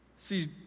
See